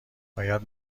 باید